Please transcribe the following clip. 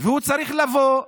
והוא צריך לבוא,